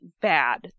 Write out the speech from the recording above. bad